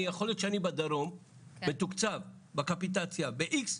יכול להיות שאני בדרום מתוקצב בקפיטציה ב-X,